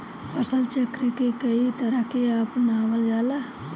फसल चक्र के कयी तरह के अपनावल जाला?